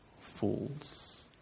fools